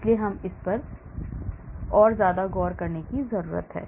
इसलिए हमें इस पर गौर करने की जरूरत है